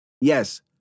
Yes